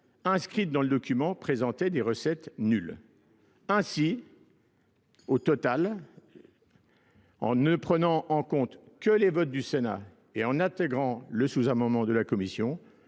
inscrites dans le document présentaient des recettes nulles. Ainsi, au total, En ne prenant en compte que les votes du Sénat et en intégrant le sous-amendement de la Commission,